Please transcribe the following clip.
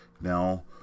now